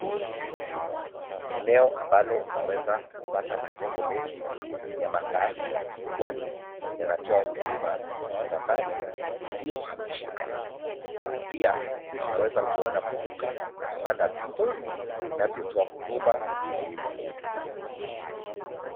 Eneo ambalo unaweza kupata majengo mengi ya makaazi kwani yanatoa huduma za mali isiyo hamishika. Pia tunaweza kuona maduka na vibanda vingi vinavyotoa huduma muhimu.